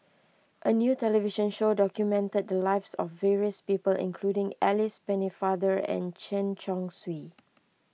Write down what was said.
a new television show documented the lives of various people including Alice Pennefather and Chen Chong Swee